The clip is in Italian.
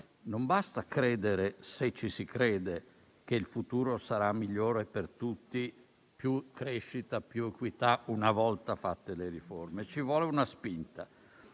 Non basta credere, se ci si crede, che il futuro sarà migliore per tutti - più crescita e più equità - una volta fatte le riforme, ma ci vuole una spinta.